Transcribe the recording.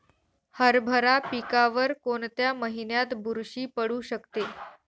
हरभरा पिकावर कोणत्या महिन्यात बुरशी पडू शकते?